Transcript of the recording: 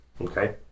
Okay